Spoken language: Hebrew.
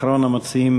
אחרון המציגים